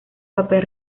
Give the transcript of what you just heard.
papel